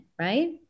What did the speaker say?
Right